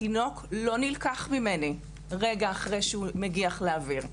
התינוק לא נלקח ממני רגע אחרי שהגיח לאוויר,